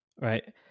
right